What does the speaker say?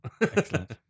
Excellent